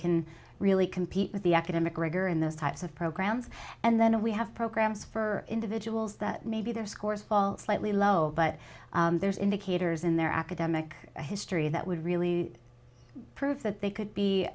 can really compete with the academic rigor in those types of programs and then we have programs for individuals that maybe their scores fall slightly low but there's indicators in their academic history that would really prove that they could be